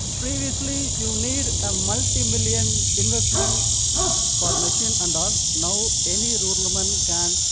previously, you need a multimillion investment for machine and all. now, any rural woman can.